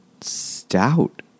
stout